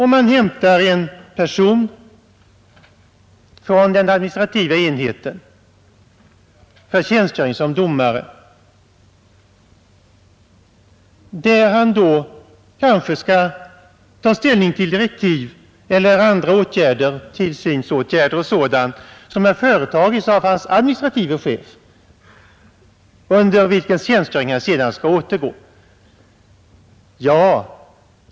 Man hämtar t.ex. en person från den administrativa enheten för tjänstgöring som domare, varvid han kanske skall ta ställning till direktiv från eller tillsynsåtgärder som företagits av hans administrative chef, under vilkens ledning han sedan skall återgå att tjänstgöra i länsstyrelsen.